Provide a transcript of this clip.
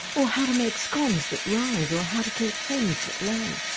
or how to make scones that rise, or how to keep hens that lay.